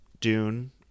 dune